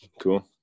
cool